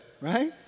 right